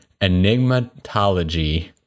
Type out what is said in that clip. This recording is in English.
enigmatology